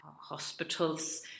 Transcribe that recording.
hospitals